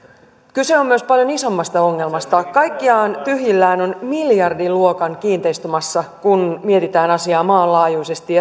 kyse on myös paljon isommasta ongelmasta kaikkiaan tyhjillään on miljardiluokan kiinteistömassa kun mietitään asiaa maanlaajuisesti